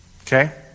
Okay